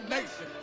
Nation